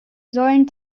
sollen